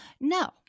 No